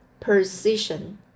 precision